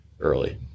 early